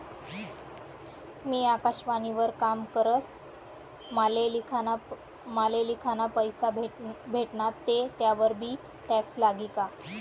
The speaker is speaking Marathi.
मी आकाशवाणी वर काम करस माले लिखाना पैसा भेटनात ते त्यावर बी टॅक्स लागी का?